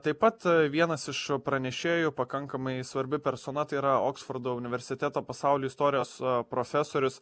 taip pat vienas iš pranešėjų pakankamai svarbi persona tai yra oksfordo universiteto pasauly istorijos profesorius